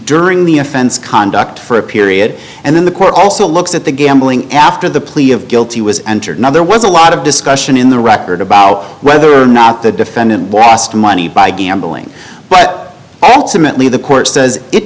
during the offense conduct for a period and then the court also looks at the gambling after the plea of guilty was entered now there was a lot of discussion in the record about whether or not the defendant lost money by gambling but ultimately the court says it